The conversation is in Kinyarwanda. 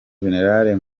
gen